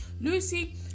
Lucy